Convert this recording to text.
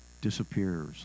disappears